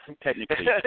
technically